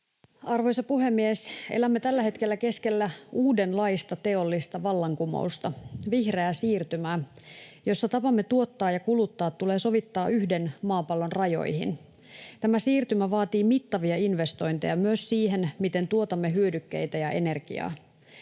Arvoisa puhemies! Elämme tällä hetkellä keskellä uudenlaista teollista vallankumousta, vihreää siirtymää, jossa tapamme tuottaa ja kuluttaa tulee sovittaa yhden maapallon rajoihin. Tämä siirtymä vaatii mittavia investointeja myös siihen, miten tuotamme hyödykkeitä ja ener- giaa.